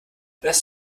das